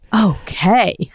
Okay